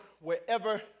wherever